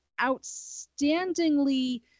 outstandingly